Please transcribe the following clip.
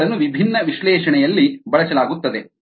ಅವುಗಳನ್ನು ವಿಭಿನ್ನ ವಿಶ್ಲೇಷಣೆಯಲ್ಲಿ ಬಳಸಲಾಗುತ್ತದೆ